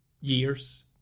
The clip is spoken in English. years